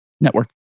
network